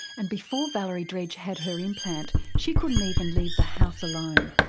and before valerie dredge had her implant she couldn't even leave the house alone.